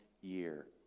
year